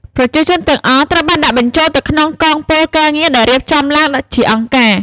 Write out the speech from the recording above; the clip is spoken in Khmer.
ប្រជាជនទាំងអស់ត្រូវបានដាក់បញ្ចូលទៅក្នុង កងពលការងារ ដែលរៀបចំឡើងជាអង្គការ។